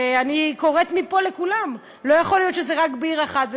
ואני קוראת מפה לכולם: לא יכול להיות שזה רק בעיר אחת,